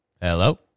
Hello